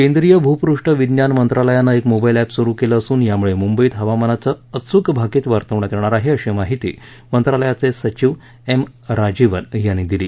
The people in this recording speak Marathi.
केंद्रीय भूपृष्ठ विज्ञान मंत्रालयानं एक मोबाईल अप्ट सूरु केलं असून यामुळे मुंबईत हवामानाचं अचूक भाकीत वर्तवण्यात येणार आहे अशी माहिती मंत्रालयाचे सचिव एम राजीवन यांनी दिली